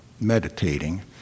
meditating